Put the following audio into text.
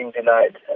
denied